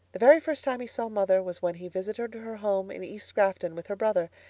the very first time he saw mother was when he visited her home in east grafton with her brother.